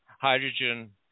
hydrogen